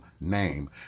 name